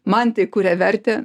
man tai kuria vertę